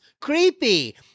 Creepy